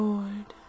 Lord